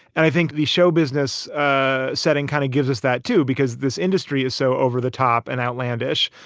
and i think the show business ah setting kind of gives us that, too, because this industry is so over the top and outlandish.